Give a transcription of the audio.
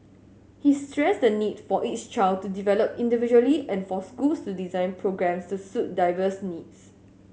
he stressed the need for each child to develop individually and for schools to design programmes to suit diverse needs